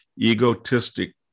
egotistic